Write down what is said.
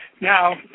Now